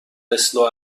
اسلو